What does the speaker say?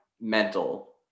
mental